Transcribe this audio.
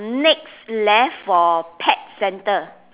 next left of pet centre